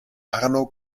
arno